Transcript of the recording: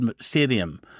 stadium